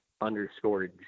underscore